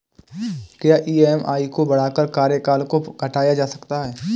क्या ई.एम.आई को बढ़ाकर कार्यकाल को घटाया जा सकता है?